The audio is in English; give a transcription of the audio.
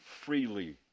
freely